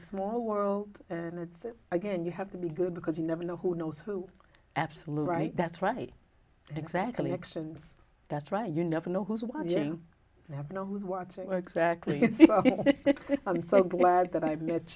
small world and it's again you have to be good because you never know who knows who absolutely right that's right exactly actions that's right you never know who's watching you have to know who's watching or exactly i'm so glad that i